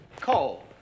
Cole